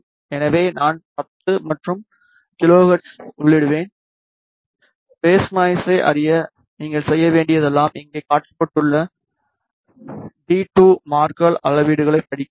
எனவே நான் 10 மற்றும் கிலோஹெர்ட்ஸ்ஐ உள்ளிடுவேன் பேஸ் நாய்ஸை அறிய நீங்கள் செய்ய வேண்டியதெல்லாம் இங்கே காட்டப்பட்டுள்ள டி 2 மார்க்கர் அளவீடுகளைப் படிக்க வேண்டும்